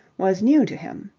was new to him.